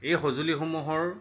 এই সঁজুলিসমূহৰ